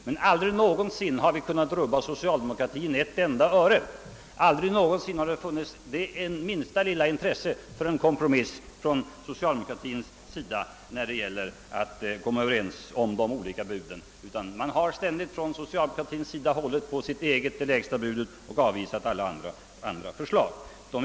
Men aldrig någonsin har vi kunnat rubba socialdemokraterna ett enda öre från deras förslag, aldrig någonsin har det funnits minsta lilla intresse för en kompromiss från socialdemokraternas sida. Socialdemokraterna har ständigt hållit på sitt eget bud — det lägsta — och avvisat alla andra förslag.